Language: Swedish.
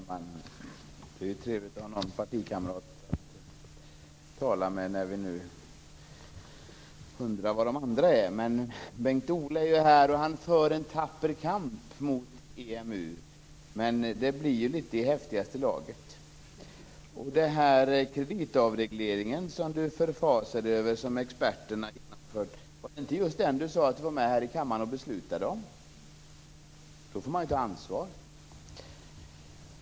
Fru talman! Det är trevligt att ha en partikamrat att tala med, när vi nu undrar var de andra är. Bengt-Ola är ändå här, och han för en tapper kamp mot EMU. Det blir ändå litet i häftigaste laget. Han förfasade sig över den kreditavreglering som experterna har genomfört, men var det inte just den han sade att han var med här i kammaren och beslutade om? Då får man ju ta ansvar.